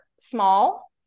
small